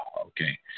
okay